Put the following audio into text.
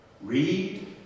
Read